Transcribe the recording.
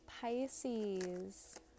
Pisces